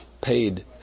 paid